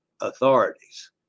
authorities